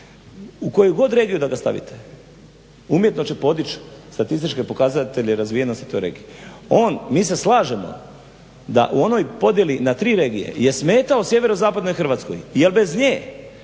u koju god regiju da ga stavite umjetno će podići statističke pokazatelje razvijenosti toj regiji. Mi se slažemo da u onoj podjeli na tri regije je smetao Sjeverozapadnoj Hrvatskoj jer bez nje